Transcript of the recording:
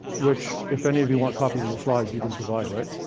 which, if any of you want copies of the slides, you can provide, right?